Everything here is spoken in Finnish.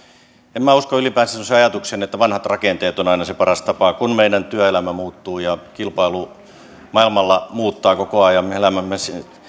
en minä usko ylipäänsä semmoiseen ajatukseen että vanhat rakenteet on aina se paras tapa kun meidän työelämä muuttuu ja kilpailu maailmalla muuttaa koko ajan elämäämme